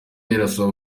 irasaba